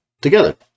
together